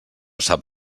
sap